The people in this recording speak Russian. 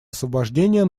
освобождение